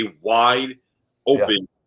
wide-open